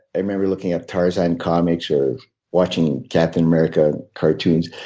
i remember looking at tarzan comics or watching captain america cartoons,